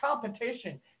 competition